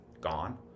Gone